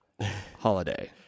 holiday